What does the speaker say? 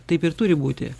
taip ir turi būti